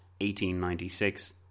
1896